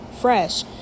fresh